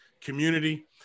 community